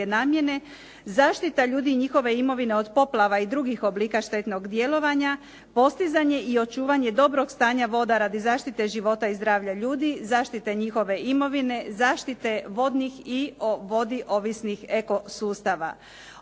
namjene, zaštita ljudi i njihove imovine od poplava i drugih oblika štetnog djelovanja, postizanje i očuvanje dobrog stanja voda radi zaštite života i zdravlja ljudi, zaštite njihove imovine, zaštite vodnih i o vodi ovisnih eko sustava.